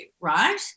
right